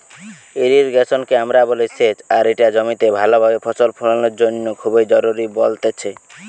irrigation কে আমরা বলি সেচ আর ইটা জমিতে ভালো ভাবে ফসল ফোলানোর জন্য খুবই জরুরি বলতেছে